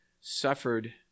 suffered